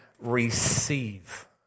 receive